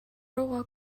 руугаа